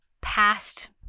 past